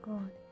God